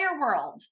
world